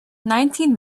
nineteen